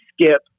skip